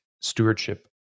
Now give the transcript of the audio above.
stewardship